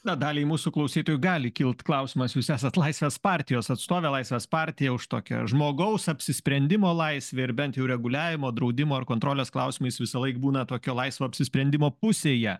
na daliai mūsų klausytojų gali kilt klausimas jūs esat laisvės partijos atstovė laisvės partija už tokią žmogaus apsisprendimo laisvei ar bent jau reguliavimo draudimo ar kontrolės klausimais visąlaik būna tokio laisvo apsisprendimo pusėje